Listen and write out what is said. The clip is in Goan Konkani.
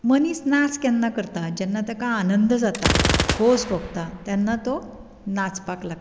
मनीस नाच केन्ना करता जेन्ना ताका आनंद जाता खोस भोगता तेन्ना तो नाचपाक लागता